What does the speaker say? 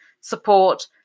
support